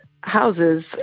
houses